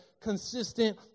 consistent